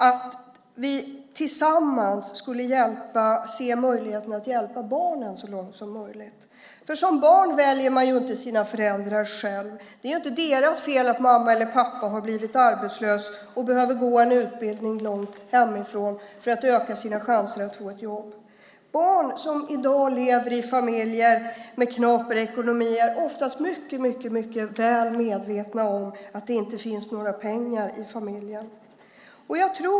Det handlar om att vi tillsammans ser möjligheterna att hjälpa barnen så långt som möjligt. Som barn väljer man inte själv sina föräldrar. Det är inte deras fel att mamma eller pappa har blivit arbetslös och behöver gå en utbildning långt hemifrån för att öka sina chanser att få ett jobb. De barn som i dag lever i familjer med knaper ekonomi är oftast mycket väl medvetna om att det inte finns några pengar i familjen.